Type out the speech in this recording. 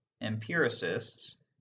empiricists